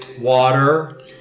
water